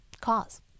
cause